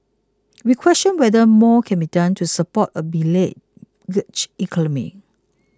we question whether more can be done to support a beleaguered economy